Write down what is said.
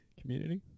community